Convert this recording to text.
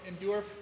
endure